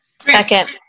Second